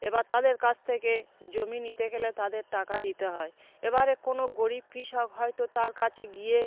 এবার তাদের কাছ থেকে জমি নিতে গেলে তাদের টাকা দিতে হয় এবারে কোনো গরিব কৃষক হয়তো তার কাছে গিয়ে